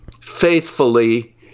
faithfully